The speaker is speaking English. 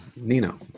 Nino